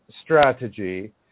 strategy